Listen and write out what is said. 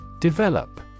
Develop